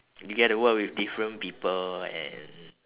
you get to work with different people and